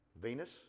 Venus